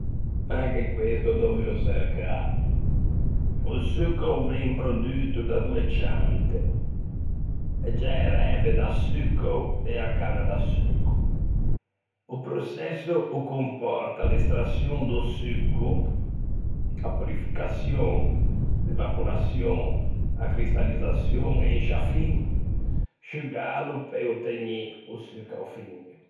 Anche questo ò dovuo çercâlo. O succao o ven produto da doe ciante, e giæerave da succao e a canna da succao. O proçesso o compòrta l'estraçion do succo, a purificaçion, l'evaporaçion, a cristallizzaçion e in sciâ fin, sciugâlo pe ottegnî o succao finio.